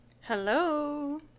Hello